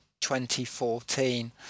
2014